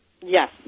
Yes